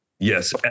Yes